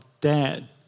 dad